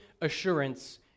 assurance